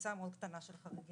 קבוצה מאוד קטנה של חריגים.